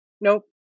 Nope